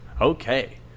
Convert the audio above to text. Okay